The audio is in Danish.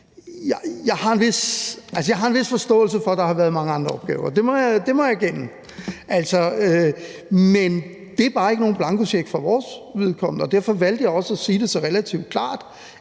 jeg har en vis forståelse for, at der har været mange andre opgaver. Det må jeg erkende. Men det er bare ikke nogen blankocheck for vores vedkommende, og derfor valgte jeg også at sige det så relativt klart,